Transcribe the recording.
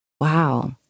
Wow